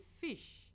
fish